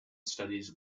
studies